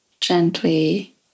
gently